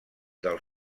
del